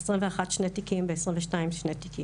ב-2021 שני תיקים, ב-2022 שני תיקים.